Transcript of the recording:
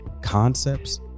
concepts